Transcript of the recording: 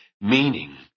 Meaning